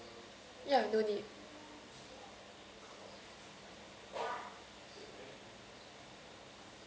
ya no need